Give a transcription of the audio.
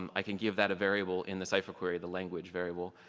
um i can give that a variable in the cypher query, the language variable,